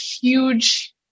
huge